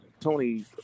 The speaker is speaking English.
Tony